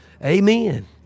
Amen